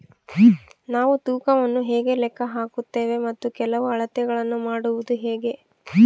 ನಾವು ತೂಕವನ್ನು ಹೇಗೆ ಲೆಕ್ಕ ಹಾಕುತ್ತೇವೆ ಮತ್ತು ಕೆಲವು ಅಳತೆಗಳನ್ನು ಮಾಡುವುದು ಹೇಗೆ?